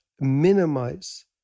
Minimize